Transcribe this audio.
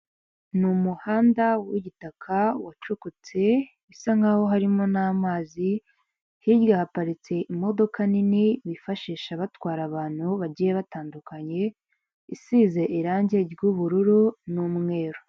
Ni umuhanda w'igitaka wacukutse bisa nkaho harimo n'amazi, hirya haparitse imodoka nini bifashisha batwara abantu bagiye batandukanye, isize irangi ry'ubururu n'umweru.